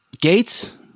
Gates